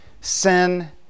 sin